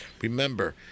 Remember